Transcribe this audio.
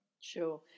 Sure